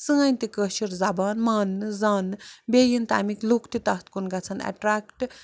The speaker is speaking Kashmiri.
سٲنۍ تہِ کٲشِر زبان مانٛنہٕ زانٛنہٕ بیٚیہِ یِنۍ تَمِکۍ لُکھ تہِ تَتھ کُن گَژھن اَٹرٮ۪کٹ